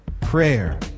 prayer